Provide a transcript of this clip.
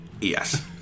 yes